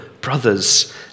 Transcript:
brothers